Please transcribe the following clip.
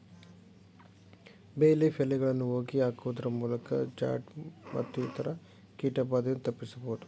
ಬೇ ಲೀಫ್ ಎಲೆಗಳನ್ನು ಹೋಗಿ ಹಾಕುವುದರಮೂಲಕ ಜಾಡ್ ಮತ್ತು ಇತರ ಕೀಟ ಬಾಧೆಯನ್ನು ತಪ್ಪಿಸಬೋದು